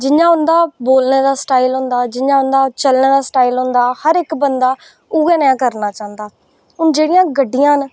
जि'यां उं'दा बोलने दा स्टाईल होंदा जि'यां उं'दा चलने दा स्टाईल होंदा हर इक बंदा उ'ऐ नि हां करना चांह्दा हून जेह्ड़ियां गड्डियां न